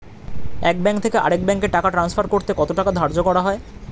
এক ব্যাংক থেকে আরেক ব্যাংকে টাকা টান্সফার করতে কত টাকা ধার্য করা হয়?